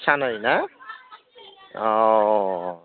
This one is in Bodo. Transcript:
सानै ना अ